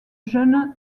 jeunes